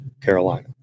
Carolina